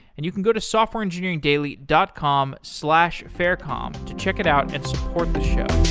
and you can go to softwareengineeringdaily dot com slash faircom to check it out and support the show.